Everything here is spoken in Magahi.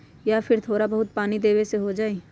या फिर थोड़ा बहुत पानी देबे से हो जाइ?